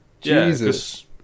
jesus